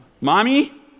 Mommy